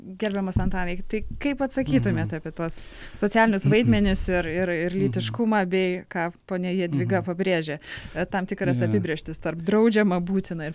gerbiamas antanai tai kaip atsakytumėt apie tuos socialinius vaidmenis ir ir ir lytiškumą bei ką ponia jadvyga pabrėžė tam tikras apibrėžtis tarp draudžiama būtina ir